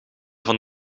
van